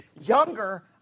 younger